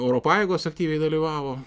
oro pajėgos aktyviai dalyvavo